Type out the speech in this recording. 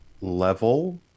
level